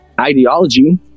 ideology